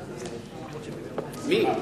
מי?